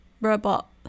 robot